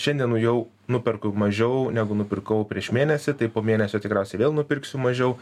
šiandien jau nuperku mažiau negu nupirkau prieš mėnesį tai po mėnesio tikriausiai vėl nupirksiu mažiau